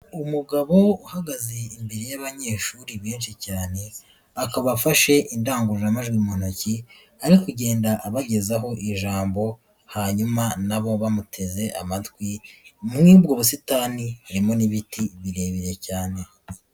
Umugabo uhagaze imbere y'abanyeshuri benshi cyane akaba afashe indangururamajwi mu ntoki ari kugenda abagezaho ijambo hanyuma na bo bamuteze amatwi muri ubwo busitani harimo n'ibiti birebire cyane.